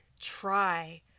Try